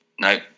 No